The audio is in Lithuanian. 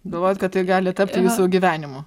galvojot kad tai gali tapti jūsų gyvenimu